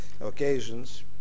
occasions